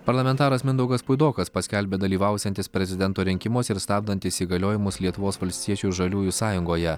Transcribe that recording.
parlamentaras mindaugas puidokas paskelbė dalyvausiantis prezidento rinkimuose ir stabdantis įgaliojimus lietuvos valstiečių ir žaliųjų sąjungoje